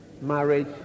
marriage